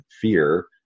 fear